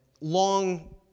long